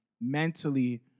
mentally